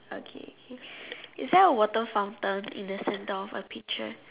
okay okay is there a water fountain in the centre of a picture